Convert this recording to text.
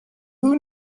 who